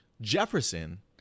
Jefferson